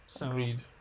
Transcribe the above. Agreed